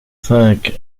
cinq